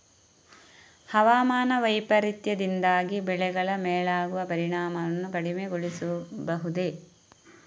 ಹವಾಮಾನ ವೈಪರೀತ್ಯದಿಂದಾಗಿ ಬೆಳೆಗಳ ಮೇಲಾಗುವ ಪರಿಣಾಮವನ್ನು ಕಡಿಮೆಗೊಳಿಸಬಹುದೇ?